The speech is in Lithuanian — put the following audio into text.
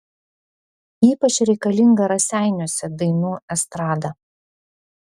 ypač reikalinga raseiniuose dainų estrada